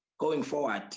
going forward,